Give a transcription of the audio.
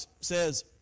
says